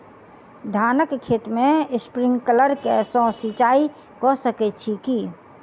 धानक खेत मे स्प्रिंकलर सँ सिंचाईं कऽ सकैत छी की?